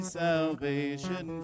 salvation